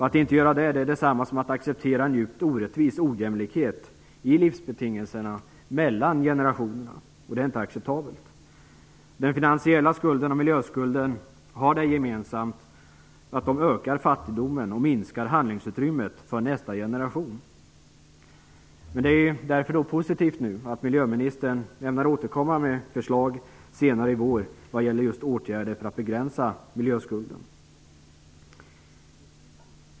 Att inte göra det är detsamma som att acceptera en djupt orättvis ojämlikhet i livsbetingelserna mellan generationerna. Det är inte acceptabelt. Den finansiella skulden och miljöskulden har gemensamt att de ökar fattigdomen och minskar handlingsutrymmet för nästa generation. Därför är det positivt att miljöministern senare i vår ämnar återkomma med förslag till åtgärder för att begränsa miljöskulden.